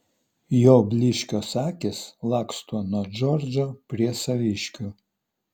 jo blyškios akys laksto nuo džordžo prie saviškių